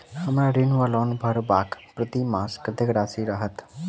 हम्मर ऋण वा लोन भरबाक प्रतिमास कत्तेक राशि रहत?